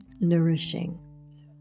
nourishing